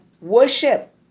worship